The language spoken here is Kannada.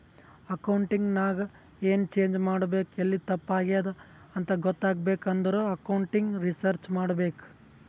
ಅಕೌಂಟಿಂಗ್ ನಾಗ್ ಎನ್ ಚೇಂಜ್ ಮಾಡ್ಬೇಕ್ ಎಲ್ಲಿ ತಪ್ಪ ಆಗ್ಯಾದ್ ಅಂತ ಗೊತ್ತಾಗ್ಬೇಕ ಅಂದುರ್ ಅಕೌಂಟಿಂಗ್ ರಿಸರ್ಚ್ ಮಾಡ್ಬೇಕ್